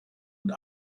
und